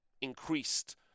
increased